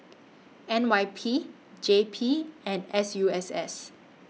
N Y P J P and S U S S